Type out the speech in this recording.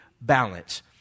balance